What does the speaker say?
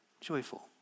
joyful